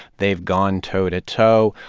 they've gone toe-to-toe,